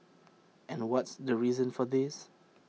and what's the reason for this